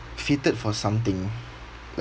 fitted for something